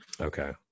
Okay